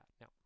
Now